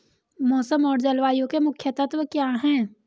मौसम और जलवायु के मुख्य तत्व क्या हैं?